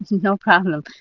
no problem.